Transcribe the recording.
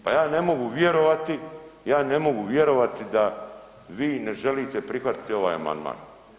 Pa ja ne mogu vjerovati, ja ne mogu vjerovati da vi ne želite prihvatiti ovaj amandman.